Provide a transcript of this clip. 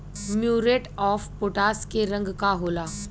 Muriate of potash के रंग का होला?